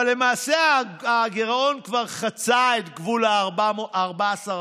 אבל למעשה הגירעון כבר חצה את גבול ה-14%,